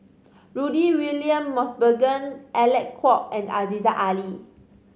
Rudy William Mosbergen Alec Kuok and Aziza Ali